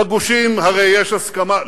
בגושים הרי יש הסכמה,